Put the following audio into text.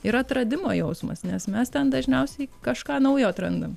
ir atradimo jausmas nes mes ten dažniausiai kažką naujo atrandam